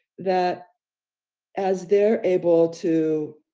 that as they're able to